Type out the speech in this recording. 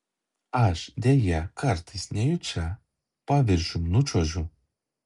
aš deja kartais nejučia paviršium nučiuožiu